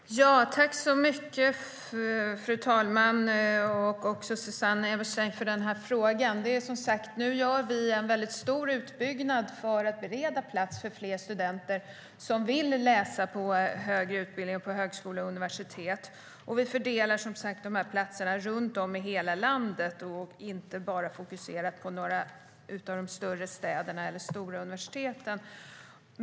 Fru talman! Tack så mycket, Susanne Eberstein, för frågan! Nu gör vi en väldigt stor utbyggnad för att bereda plats för fler studenter som vill läsa på högre utbildning, på högskolor och universitet. Vi fördelar platserna runt om i hela landet och fokuserar inte bara på några av de större städerna eller de stora universiteten.